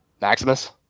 maximus